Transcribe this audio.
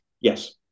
Yes